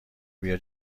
بیا